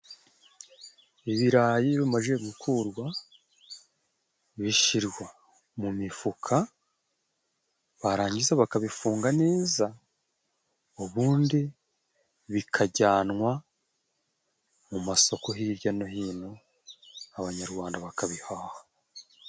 Ibirayi iyo bimajije gukurwa, bishyirwa mu mifuka, barangiza bakabifunga neza, ubundi bikajyanwa mu masoko hirya no hino Abanyarwanda bakabihaha.